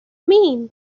mean